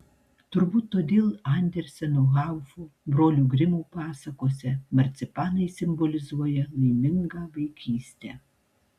turbūt todėl anderseno haufo brolių grimų pasakose marcipanai simbolizuoja laimingą vaikystę